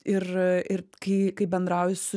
ir ir kai kai bendrauji su